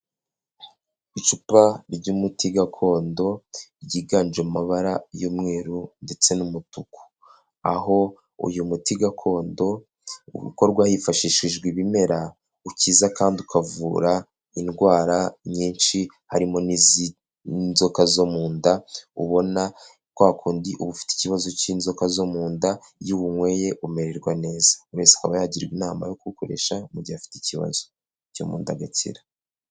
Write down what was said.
Icupa ry'umuti gakondo ryiganjemo amabara y'umweru ndetse n'umutuku aho uyu muti gakondo ukorwa hifashishijwe ibimera ukiza kandi ukavura indwara nyinshi harimo n'iz'inzoka zo mu nda ubona kwa kundi uba ufite ikibazo cy'inzoka zo mu nda iyo uwunyweye umererwa neza buri wese akaba yagirwa inama yo kuwukoresha mu gihe afite ikibazo cyo mu nda agakira.